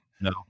No